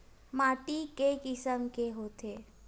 माटी के किसम के होथे?